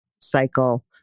cycle